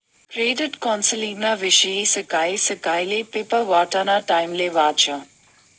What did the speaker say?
credit कौन्सलिंगना विषयी सकाय सकायले पेपर वाटाना टाइमले वाचं